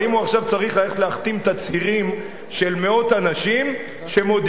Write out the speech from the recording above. האם הוא עכשיו צריך ללכת להחתים תצהירים של מאות אנשים שמודיעים